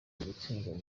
ugutsindwa